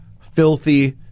filthy